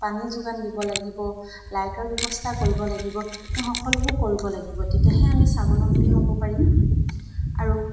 পানী যোগান দিব লাগিব লাইটৰ ব্যৱস্থা কৰিব লাগিব এই সকলোবোৰ কৰিব লাগিব তেতিয়াহে আমি স্বাৱলম্বী হ'ব পাৰিম আৰু